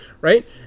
Right